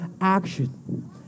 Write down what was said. action